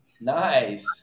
Nice